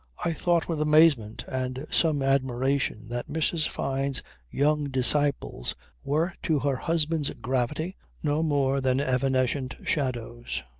i thought with amazement and some admiration that mrs. fyne's young disciples were to her husband's gravity no more than evanescent shadows.